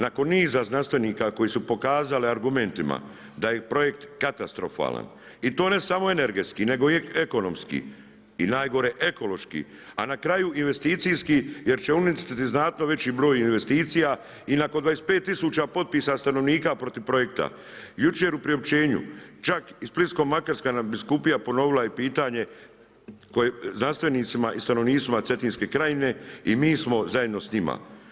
Nakon niza znanstvenika koji su pokazali argumentima da je projekt katastrofalan i to ne samo energetski nego i ekonomski i najgore ekološki a na kraju investicijski jer će uništiti znatno veći broj investicija i nakon 25 tisuća potpisa stanovnika protiv projekta jučer u priopćenju čak i Splitko-makarska nadbiskupija ponovila je pitanje znanstvenicima i stanovnicima Cetinske krajine i mi smo zajedno sa njima.